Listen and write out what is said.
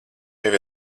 tev